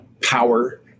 power